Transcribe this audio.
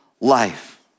life